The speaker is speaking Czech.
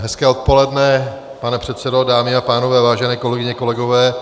Hezké odpoledne, pane předsedo, dámy a pánové, vážené kolegyně, kolegové.